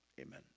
Amen